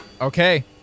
Okay